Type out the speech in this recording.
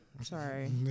sorry